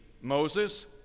Moses